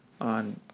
On